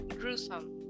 gruesome